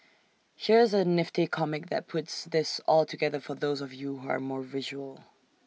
here's A nifty comic that puts this all together for those of you who are more visual